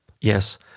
Yes